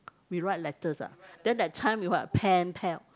we write letters ah then that time we will have pen pal